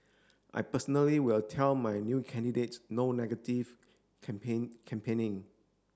I personally will tell my new candidates no negative campaign campaigning